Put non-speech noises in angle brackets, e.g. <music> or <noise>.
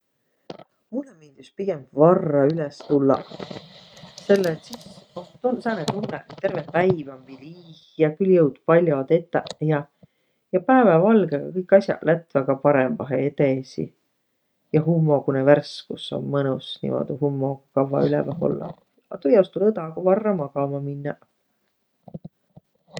<noise> Mullõ miildüs pigemb varra <noise> üles tullaq, <noise> selle et sis <noise> no tuu om sääne tunnõq, et terveq päiv om viil iih ja külh joud pall'o tetäq ja. Ja päävävalgõga kõik as'aq lätväq kah parõmbahe edesi. Ja hummogunõ värskus om mõnus, nii muudu hummogu kavva üleväh ollaq. <noise> A tuujaos tulõ õdagu varra magama minnäq.